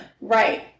Right